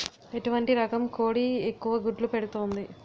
ఎటువంటి రకం కోడి ఎక్కువ గుడ్లు పెడుతోంది?